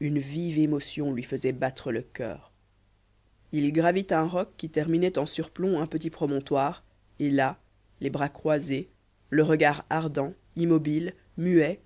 une vive émotion lui faisait battre le coeur il gravit un roc qui terminait en surplomb un petit promontoire et là les bras croisés le regard ardent immobile muet